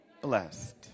blessed